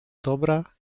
dobra